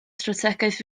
strategaeth